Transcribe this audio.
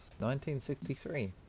1963